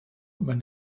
when